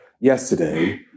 Yesterday